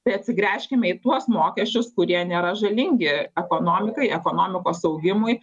tai atsigręžkime į tuos mokesčius kurie nėra žalingi ekonomikai ekonomikos augimui